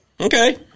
Okay